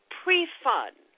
pre-fund